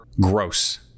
gross